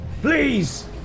please